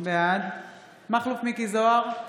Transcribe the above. בעד מכלוף מיקי זוהר,